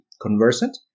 conversant